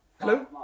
Hello